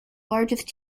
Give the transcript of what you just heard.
largest